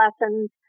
lessons